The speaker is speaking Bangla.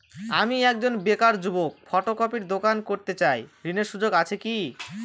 আমি একজন বেকার যুবক ফটোকপির দোকান করতে চাই ঋণের সুযোগ আছে কি?